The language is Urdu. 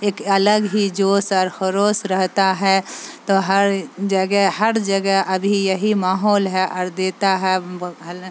ایک الگ ہی جوش اور خروش رہتا ہے تو ہر جگہ ہر جگہ ابھی یہی ماحول ہے اور دیتا ہے